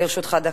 לרשותך דקה.